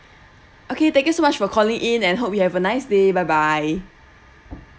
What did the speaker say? okay thank you so much for calling in and hope you have a nice day bye bye